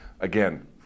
Again